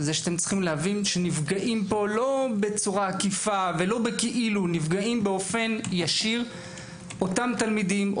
שעליכם להבין שנפגעים פה לא בצורה עקיפה אלא באופן ישיר אותם תלמידים,